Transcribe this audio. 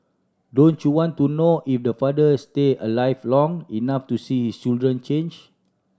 don't you want to know if the father stay alive long enough to see his children change